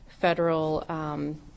federal